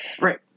right